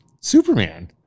Superman